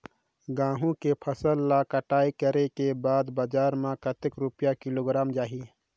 गंहू के फसल ला कटाई करे के बाद बजार मा कतेक रुपिया किलोग्राम जाही?